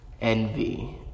envy